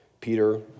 Peter